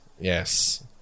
Yes